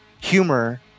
humor